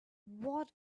what